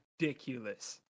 ridiculous